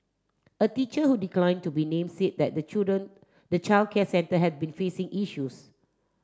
a teacher who decline to be name say that the children the childcare centre had been facing issues